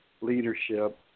leadership